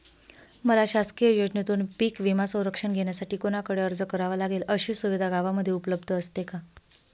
मला शासकीय योजनेतून पीक विमा संरक्षण घेण्यासाठी कुणाकडे अर्ज करावा लागेल? अशी सुविधा गावामध्ये उपलब्ध असते का?